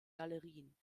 galerien